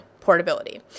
portability